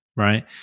Right